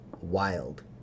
wild